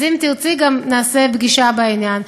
אז אם תרצי, גם נעשה פגישה בעניין.